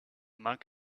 monk